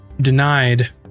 denied